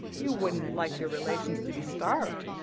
you wouldn't like your relations to be starved,